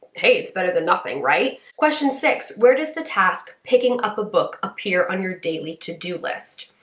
hey, it's better than nothing, right? question six where does the task picking up a book appear on your daily to-do list?